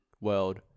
world